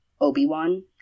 Obi-Wan